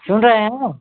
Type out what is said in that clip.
सुन रहे हो